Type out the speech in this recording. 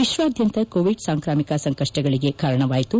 ವಿಶ್ವಾದ್ಯಂತ ಕೋವಿಡ್ ಸಾಂಕ್ರಾಮಿಕ ಸಂಕಷ್ಪಗಳಿಗೆ ಕಾರಣವಾಯಿತು